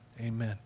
Amen